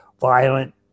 violent